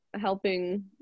helping